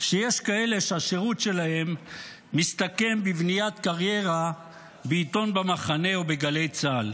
שיש כאלה שהשירות שלהם מסתכם בבניית קריירה בעיתון במחנה ובגלי צה"ל.